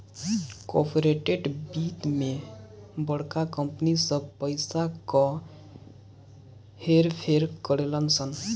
corporate वित्त मे बड़का कंपनी सब पइसा क हेर फेर करेलन सन